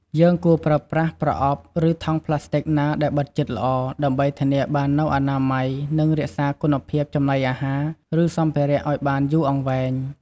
យើងគួរប្រើប្រាស់ប្រអប់ ឬថង់ប្លាស្ទិកណាដែលបិទជិតល្អ ដើម្បីធានាបាននូវអនាម័យ និងរក្សាគុណភាពចំណីអាហារ ឬសម្ភារៈឲ្យបានយូរអង្វែង។